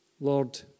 lord